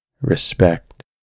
respect